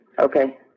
Okay